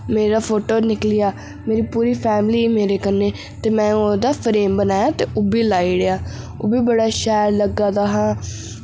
मेरा फोटो निकलेआ मेरी पूरी फैमिली ही मेरे कन्नै ते में ओह्दा फ्रेम बनाया ते ओह् बी लाई ओड़ेआ ओह् बी बड़ा शैल लग्गा दा हा